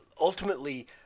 ultimately